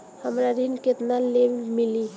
हमरा ऋण केतना ले मिली?